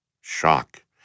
shock